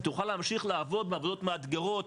ותוכל להמשיך לעבוד בעבודות מאתגרות,